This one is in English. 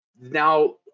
Now